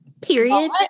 period